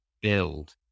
build